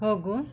ಹೋಗು